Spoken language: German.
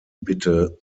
bitte